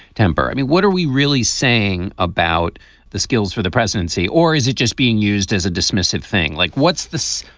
temper. i mean, what are we really saying about the skills for the presidency or is it just being used as a dismissive thing? like, what's this?